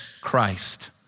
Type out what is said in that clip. Christ